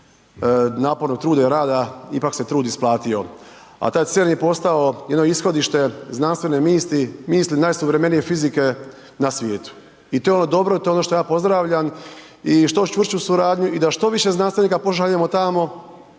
napornog truda i rada ipak se trud isplatio. A taj CERN je postao jedno ishodište znanstvene misli, misli najsuvremenije fizike na svijetu. I to je ono dobro i to je ono što ja pozdravljam i što čvršću suradnju i da što više znanstvenika pošaljemo tamo,